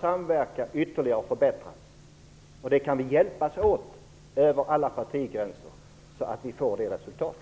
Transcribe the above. samverkan måste ytterligare förbättras. Vi kan hjälpas åt över alla partigränser så att vi får det resultatet.